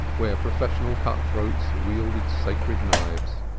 where professional cut-throats wielded sacred knives